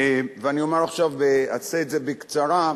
אני אעשה את זה בקצרה: